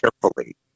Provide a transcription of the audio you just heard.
carefully